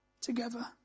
together